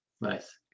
Nice